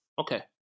okay